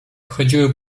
chodziły